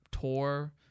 tour